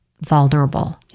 vulnerable